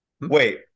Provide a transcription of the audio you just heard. Wait